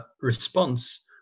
response